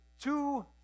two